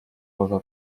можно